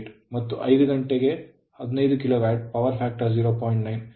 8 ಮತ್ತು 5 ಗಂಟೆ 15 kilowatt power factor 0